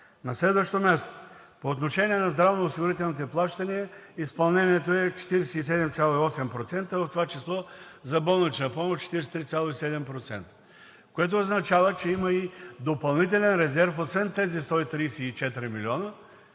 На следващо място, по отношение на здравноосигурителните плащания изпълнението е 47,8%, в това число за болнична помощ – 43,7%, което означава, че има и допълнителен резерв, освен тези 124 милиона